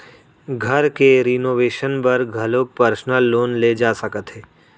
घर के रिनोवेसन बर घलोक परसनल लोन ले जा सकत हे